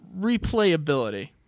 replayability